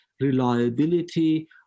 reliability